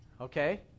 okay